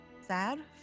sad